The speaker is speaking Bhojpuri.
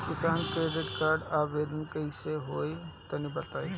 किसान क्रेडिट कार्ड के आवेदन कईसे होई तनि बताई?